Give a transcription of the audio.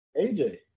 AJ